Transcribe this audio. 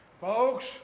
Folks